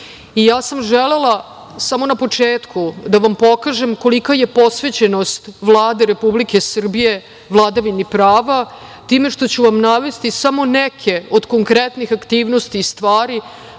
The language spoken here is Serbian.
i ja sam želela samo na početku da vam pokažem kolika je posvećenost Vlade Republike Srbije vladavini prava time što ću vam navesti samo neke od konkretnih aktivnosti i stvari